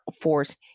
force